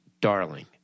Darling